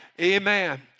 Amen